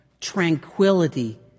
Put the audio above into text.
tranquility